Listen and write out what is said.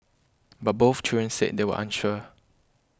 but both children said they were unsure